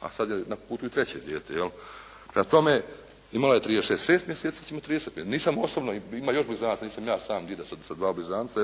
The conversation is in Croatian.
a sad je na putu i treće dijete. Prema tome, imala je 36 mjeseci, sad će imati 30 mjeseci. Nisam osobno, ima još blizanaca, nisam ja sam dida sa 2 blizanci,